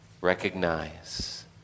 recognize